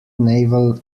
naval